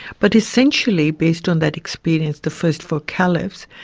but essentially based on that experience, the first four caliphs,